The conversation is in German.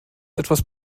etwas